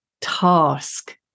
task